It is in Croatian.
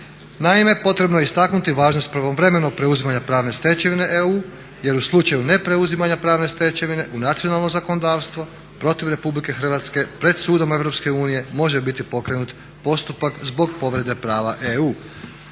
Naime, potrebno je istaknuti važnost pravovremenog preuzimanja pravne stečevine EU jer u slučaju nepreuzimanja pravne stečevine u nacionalno zakonodavstvo protiv Republike Hrvatske pred sudom Europske unije može biti pokrenut postupak zbog povrede prava EU,